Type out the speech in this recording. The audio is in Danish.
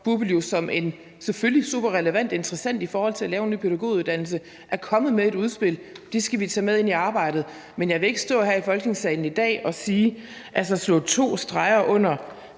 BUPL, som selvfølgelig er en superrelevant interessent i forhold til at lave en ny pædagoguddannelse, er kommet med et udspil. Det skal vi tage med ind i arbejdet. Men jeg vil ikke stå her i Folketingssalen i dag og sætte to streger under,